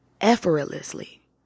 effortlessly